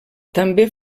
també